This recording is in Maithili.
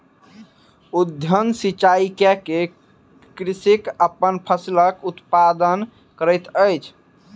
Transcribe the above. उद्वहन सिचाई कय के कृषक अपन फसिलक उत्पादन करैत अछि